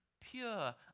pure